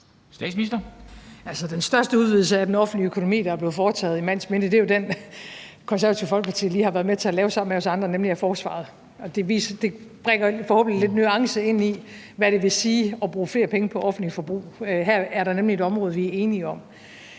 Frederiksen): Den største udvidelse af den offentlige økonomi, der er blevet foretaget i mands minde, er jo den, Det Konservative Folkeparti lige har været med til at lave sammen med os andre, nemlig af forsvaret, og det bringer forhåbentlig lidt nuancer ind i, hvad det vil sige at bruge flere penge på offentligt forbrug. Her er der nemlig et område, vi er enige om.